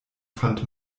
fand